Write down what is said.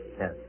Yes